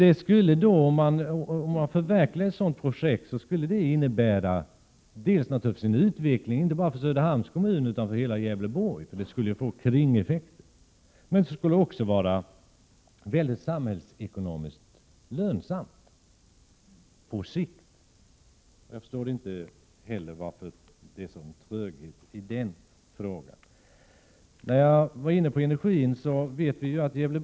Om ett sådant projekt genomfördes, skulle det innebära en utveckling både för Söderhamns kommun och för hela Gävleborg. Det skulle få kringeffekter och vara lönsamt för samhället på sikt. Jag förstår heller inte varför det är en sådan tröghet beträffande denna fråga.